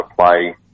play